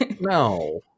no